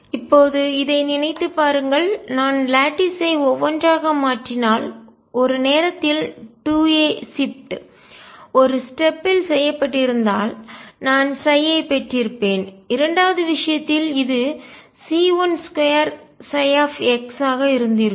இப்போது இதை நினைத்துப் பாருங்கள் நான் லட்டீஸ் ஐ ஒவ்வொன்றாக மாற்றினால் ஒரு நேரத்தில் 2 a ஷிப்ட் ஒரு ஸ்டெப் இல் செய்யப்பட்டிருந்தால் நான் ஐ பெற்றிருப்பேன் இரண்டாவது விஷயத்தில் இது C12ψ ஆக இருந்திருக்கும்